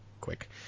quick